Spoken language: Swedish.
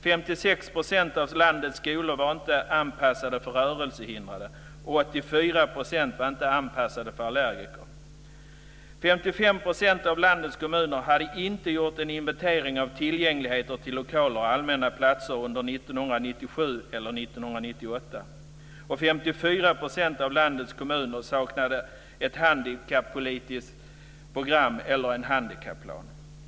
56 % av landets skolor var inte anpassade för rörelsehindrade och 84 % var inte anpassade för allergiker. 55 % av landets kommuner hade inte gjort en inventering av tillgängligheten till lokaler och allmänna platser under 1997 eller 1998. 54 % av landets kommuner saknade ett handikappolitiskt program eller en handikapplan.